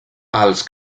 els